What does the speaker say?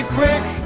quick